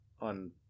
on